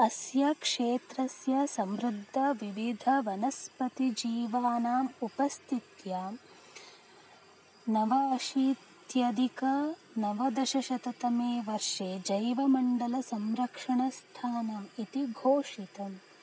अस्य क्षेत्रस्य समृद्धविधवनस्पतिजीवानाम् उपस्थितिः नवाशीत्यधिकनवदशतमे वर्षे जैवमण्डलसंरक्षणस्थानम् इति घोषितम्